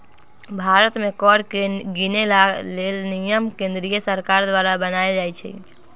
भारत में कर के गिनेके लेल नियम केंद्रीय सरकार द्वारा बनाएल जाइ छइ